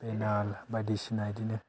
बेनाल बायदिसिना बेदिनो